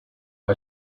our